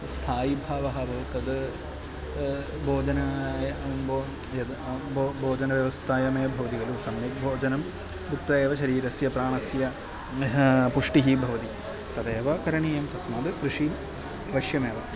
स्थायीभावः अभवत् तद् भोजनं य बो यद् बो भोजनव्यवस्थायामेव भवति खलु सम्यक् भोजनम् भुक्त्वा एव शरीरस्य प्राणस्य ह पुष्टिः भवति तदेव करणीयं तस्मात् कृषिः आवश्यकमेव